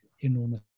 enormous